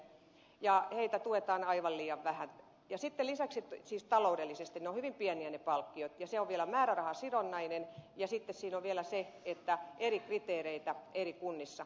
ja heitä tuetaan taloudellisesti aivan liian vähän ne ovat hyvin pieniä ne palkkiot ja omaishoidontuki on vielä määrärahasidonnainen ja sitten vielä eri kriteereitä on eri kunnissa